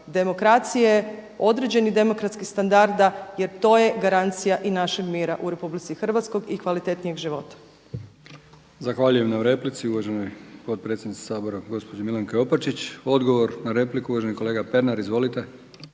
demokracije, određenih demokratskih standarda jer to je garancija i našeg mira u Republici Hrvatskoj i kvalitetnijeg života.